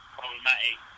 problematic